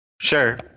Sure